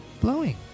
blowing